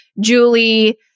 Julie